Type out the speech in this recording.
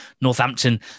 Northampton